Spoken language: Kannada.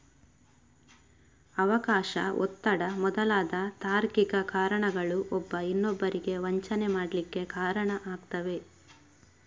ಅವಕಾಶ, ಒತ್ತಡ ಮೊದಲಾದ ತಾರ್ಕಿಕ ಕಾರಣಗಳು ಒಬ್ಬ ಇನ್ನೊಬ್ಬರಿಗೆ ವಂಚನೆ ಮಾಡ್ಲಿಕ್ಕೆ ಕಾರಣ ಆಗ್ತವೆ